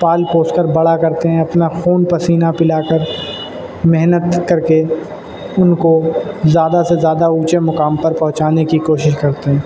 پال پوس کر بڑا کرتے ہیں اپنا خون پسینہ پلا کر محنت کر کے ان کو زیادہ سے زیادہ اونچے مقام پر پہنچانے کی کوشش کرتے ہیں